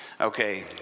Okay